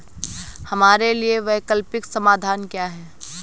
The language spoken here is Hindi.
हमारे लिए वैकल्पिक समाधान क्या है?